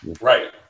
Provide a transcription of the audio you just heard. Right